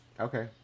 Okay